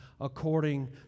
according